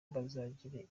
bazagira